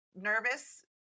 nervous